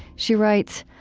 she writes,